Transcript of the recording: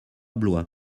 blois